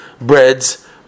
breads